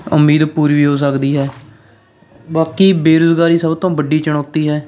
ਉਮੀਦ ਪੂਰੀ ਵੀ ਹੋ ਸਕਦੀ ਹੈ ਬਾਕੀ ਬੇਰੁਜ਼ਗਾਰੀ ਸਭ ਤੋਂ ਵੱਡੀ ਚੁਣੌਤੀ ਹੈ